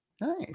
Nice